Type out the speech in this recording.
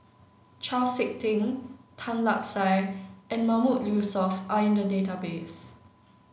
Chau Sik Ting Tan Lark Sye and Mahmood Yusof are in the database